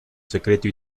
secreto